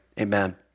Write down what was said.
Amen